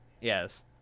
yes